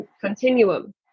continuum